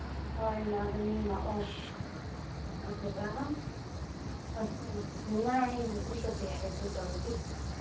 ꯍꯣꯏ ꯌꯥꯒꯅꯤ ꯂꯥꯛꯑꯣ ꯑꯗꯨꯒ ꯑꯗꯨꯝ ꯅꯨꯡꯉꯥꯏꯅ ꯑꯗꯨꯝ ꯆꯠꯄ ꯌꯥꯔꯦ ꯑꯗꯨ ꯇꯧꯔꯗꯤ